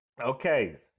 okay